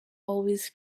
always